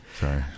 sorry